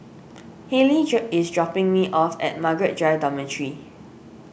Haylie drop is dropping me off at Margaret Drive Dormitory